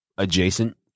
Adjacent